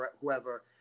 whoever